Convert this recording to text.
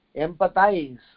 empathize